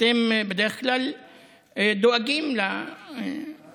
אתם בדרך כלל דואגים למשפחות,